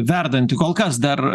verdantį kol kas dar